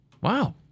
Wow